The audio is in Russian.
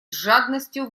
жадностию